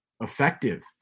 effective